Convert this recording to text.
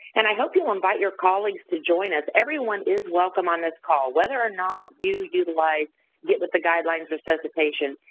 and i hope you'll invite your colleagues to join us. everyone is welcome on this call, whether or not you utilize get with the guidelines-resuscitation,